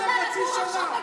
תחשבו עלינו.